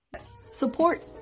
Support